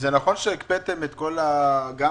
נכון שהקפאתם את כל ההרשאות בשבוע שעבר,